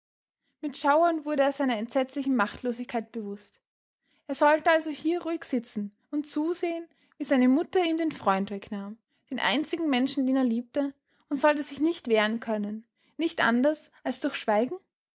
mit schauern wurde er seiner entsetzlichen machtlosigkeit bewußt er sollte also hier ruhig sitzen und zusehen wie seine mutter ihm den freund wegnahm den einzigen menschen den er liebte und sollte sich nicht wehren können nicht anders als durch schweigen